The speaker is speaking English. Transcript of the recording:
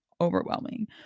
overwhelming